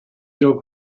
your